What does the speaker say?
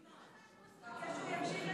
חכה שהוא יקשיב לך.